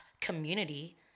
community